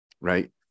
right